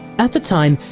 at the time.